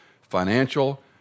financial